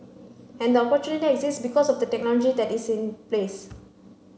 and the opportunity exists because of the technology that is in place